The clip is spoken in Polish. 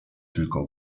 tylko